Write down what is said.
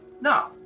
no